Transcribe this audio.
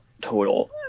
total